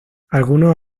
algunos